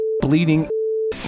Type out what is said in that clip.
bleeding